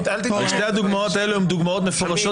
שתי הדוגמאות האלה הן דוגמאות מפורשות